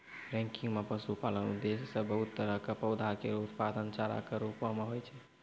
ranking म पशुपालन उद्देश्य सें बहुत तरह क पौधा केरो उत्पादन चारा कॅ रूपो म होय छै